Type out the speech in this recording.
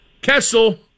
Kessel